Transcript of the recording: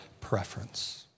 preference